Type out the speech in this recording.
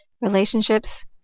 relationships